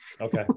okay